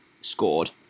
scored